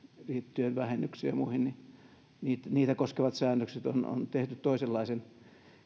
liittyen vähennyksiin ja muihin joita koskevat säännökset on on tehty toisenlaisen